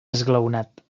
esglaonat